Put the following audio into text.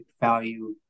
value